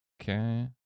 Okay